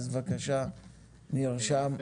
בבקשה, נרשם.